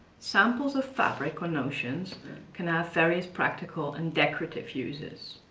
samples of fabric or notions can have various practical and decorative uses.